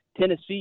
Tennessee